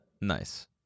Nice